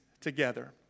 together